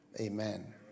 amen